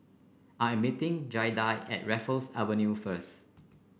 I am meeting Giada at Raffles Avenue first